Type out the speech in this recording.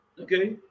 okay